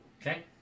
Okay